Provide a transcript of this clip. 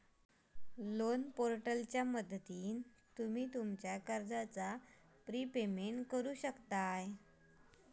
loan पोर्टलच्या मदतीन तुम्ही तुमच्या कर्जाचा प्रिपेमेंट करु शकतास